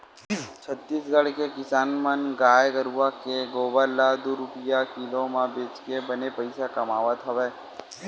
छत्तीसगढ़ के किसान मन गाय गरूवय के गोबर ल दू रूपिया किलो म बेचके बने पइसा कमावत हवय